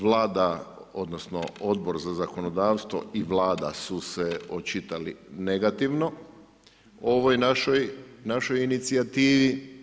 Vlada odnosno Odbor za zakonodavstvo i Vlada su se očitali negativno o ovoj našoj inicijativi.